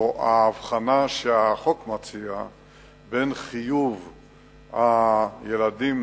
או ההבחנה שהחוק מציע בין חיוב ילדים,